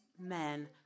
men